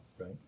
right